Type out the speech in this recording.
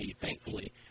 Thankfully